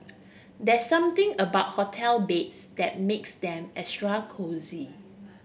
there's something about hotel beds that makes them extra cosy